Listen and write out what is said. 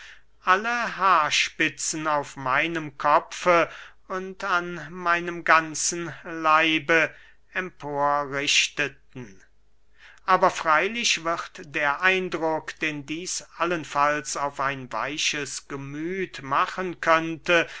alle haarspitzen auf meinem kopfe und an meinem ganzen leibe empor richteten aber freylich wird der eindruck den dieß allenfalls auf ein weiches gemüth machen könnte